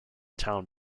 town